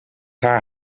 haar